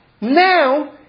Now